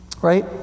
Right